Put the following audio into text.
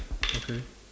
okay